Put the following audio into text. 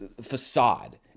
facade